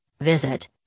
visit